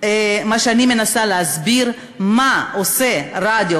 מה שאני מנסה להסביר, מה עושה רדיו